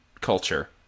culture